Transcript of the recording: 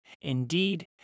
Indeed